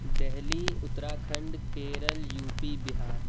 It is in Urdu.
Delhi Uttarakhand Kerala U P Bihar